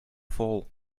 fall